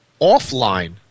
offline